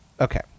Okay